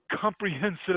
comprehensive